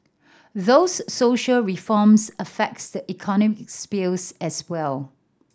those social reforms affects the economic spheres as well